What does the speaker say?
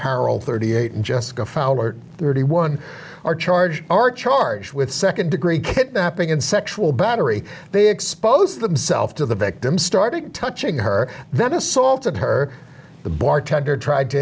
harrell thirty eight jessica fowler thirty one are charged are charged with second degree kidnapping and sexual battery they expose themself to the victim started touching her that assaulted her the bartender tried to